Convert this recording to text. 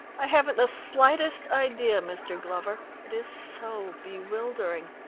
i haven't the slightest idea, mr. glover. it is so bewildering.